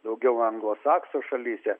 daugiau anglosaksų šalyse